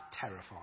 terrifying